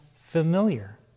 familiar